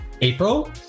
April